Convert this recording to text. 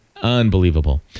unbelievable